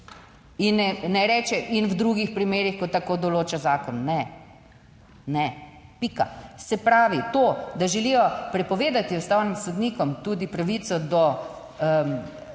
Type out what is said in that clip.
In ne reče in v drugih primerih, ko tako določa zakon, ne, ne, pika. Se pravi to, da želijo prepovedati ustavnim sodnikom tudi pravico do